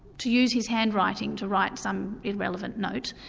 to use his handwriting to write some irrelevant note,